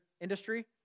industry